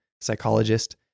psychologist